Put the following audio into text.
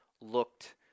looked